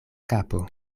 kapo